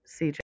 CJ